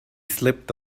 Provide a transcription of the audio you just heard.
slipped